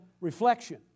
reflection